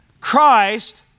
Christ